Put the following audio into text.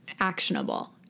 actionable